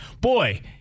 boy